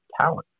talent